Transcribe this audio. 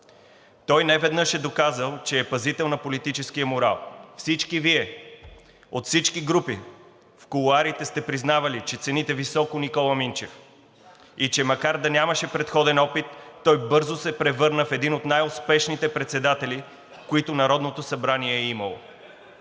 Той неведнъж е доказал, че е пазител на политическия морал. Всички Вие от всички групи в кулоарите сте признавали, че цените високо Никола Минчев и макар че нямаше предходен опит, той бързо се превърна в един от най-успешните председатели, които Народното събрание е имало.